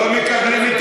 את